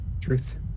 Truth